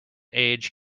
age